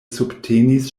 subtenis